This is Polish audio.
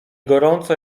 gorąco